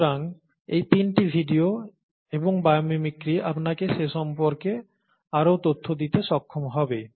সুতরাং এই তিনটি ভিডিও এবং বায়ো মিমিক্রি আপনাকে সে সম্পর্কে আরও তথ্য দিতে সক্ষম হবে